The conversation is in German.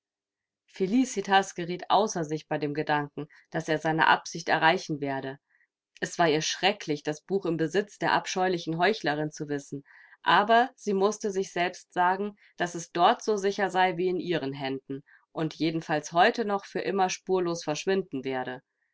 felicitas geriet außer sich bei dem gedanken daß er seine absicht erreichen werde es war ihr schrecklich das buch im besitz der abscheulichen heuchlerin zu wissen aber sie mußte sich selbst sagen daß es dort so sicher sei wie in ihren händen und jedenfalls heute noch für immer spurlos verschwinden werde